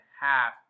half